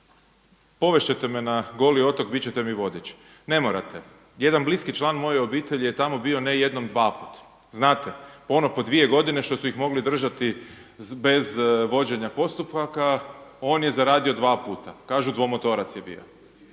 povest ćete me na Goli otok, bit ćete mi vodič. Ne morate, jedan bliski član moje obitelji je tamo bio ne jednom, dvaput. Znate ono po dvije godine što su ih mogli držati bez vođenja postupaka on je zaradio dva puta, kažu dvomotorac je bio.